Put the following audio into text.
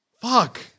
fuck